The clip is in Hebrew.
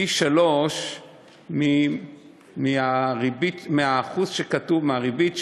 ישלם פי-שלושה מהשיעור שכתוב מהריבית,